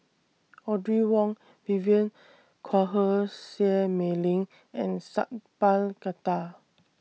Audrey Wong Vivien Quahe Seah Mei Lin and Sat Pal Khattar